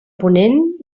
ponent